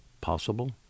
Possible